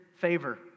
favor